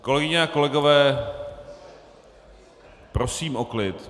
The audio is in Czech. Kolegyně a kolegové, prosím o klid.